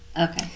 Okay